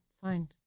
fine